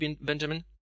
Benjamin